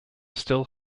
still